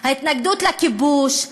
ההתנגדות לכיבוש,